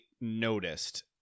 noticed